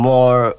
More